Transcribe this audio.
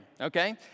Okay